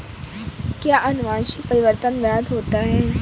क्या अनुवंशिक परिवर्तन वैध होता है?